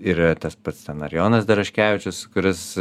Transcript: yra tas pats ten ar jonas daraškevičius kuris